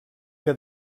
que